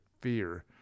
fear